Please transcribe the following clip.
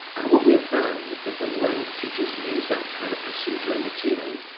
and what we found is that when teachers use that kind of procedure routinely.